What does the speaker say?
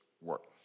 work